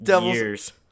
years